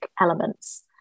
elements